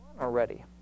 already